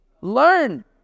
learn